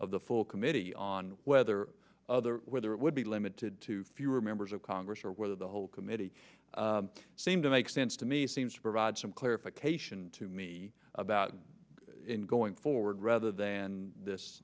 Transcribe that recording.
of the full committee on whether other whether it would be limited to fewer members of congress or whether the whole committee seemed to make sense to me seems to provide some clarification to me about going forward rather than this